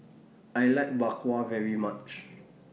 I like Bak Kwa very much